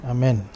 Amen